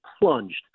plunged